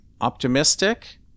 optimistic